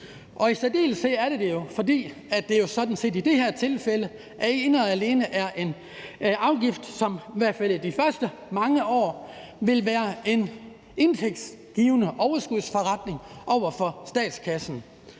i særdeleshed, fordi det sådan set i det her tilfælde ene og alene er en afgift, som i hvert fald i de første mange år vil være en overskudsforretning for statskassen.